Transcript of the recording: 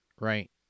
right